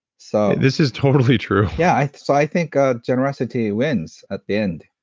so this is totally true. yeah, so i think ah generosity wins at the end.